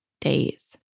days